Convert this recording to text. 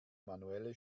manuelle